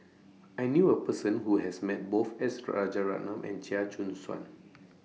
I knew A Person Who has Met Both S Rajaratnam and Chia Choo Suan